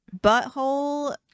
Butthole